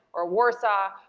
or warsaw,